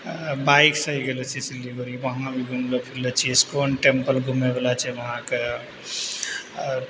बाइकसँ ही गेलो छियै सिल्लीगुड़ी वहाँ भी घुमलो फिरलो छियै इस्कॉन टेम्पल घुमयवला छै वहाँके लिये आओर